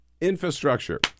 infrastructure